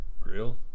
Grill